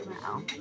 Wow